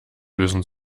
lösen